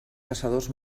caçadors